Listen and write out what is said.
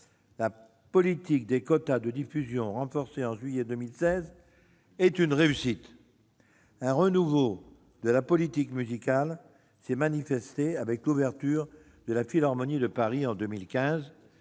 La politique des quotas de diffusion, renforcée en juillet 2016, est une réussite. Un renouveau de la politique musicale s'est manifesté avec l'ouverture de la philharmonie de Paris en 2015